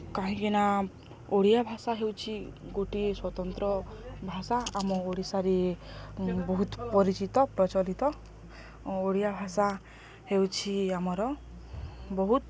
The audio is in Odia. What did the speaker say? କାହିଁକିନା ଓଡ଼ିଆ ଭାଷା ହେଉଛି ଗୋଟିଏ ସ୍ୱତନ୍ତ୍ର ଭାଷା ଆମ ଓଡ଼ିଶାରେ ବହୁତ ପରିଚିତ ପ୍ରଚଳିତ ଓଡ଼ିଆ ଭାଷା ହେଉଛି ଆମର ବହୁତ